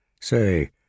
Say